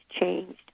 changed